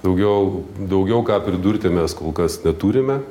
daugiau daugiau ką pridurti mes kol kas neturime